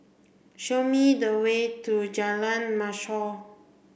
show me the way to Jalan Mashhor